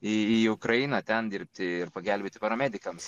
į į ukrainą ten dirbti ir pagelbėti paramedikams